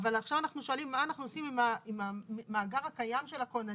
אבל עכשיו אנחנו שואלים מה אנחנו עושים עם המאגר הקיים של הכוננים.